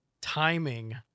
timing